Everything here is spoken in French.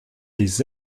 lès